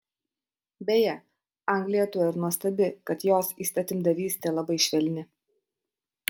beje anglija tuo ir nuostabi kad jos įstatymdavystė labai švelni